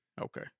Okay